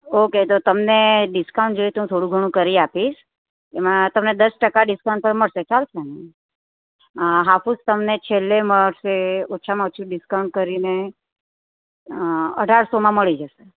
okay તો તમને discount જોઈએ તો હું થોડું ઘણું કરી આપીશ એમાં તમને દસ ટકા ડિસ્કાઉન્ટ પણ મળશે ચાલશે ને હા હાફૂસ તમને છેલ્લે મળશે ઓછામાં ઓછું ડિસ્કાઉન્ટ કરીને અઢારસોમાં મળી જશે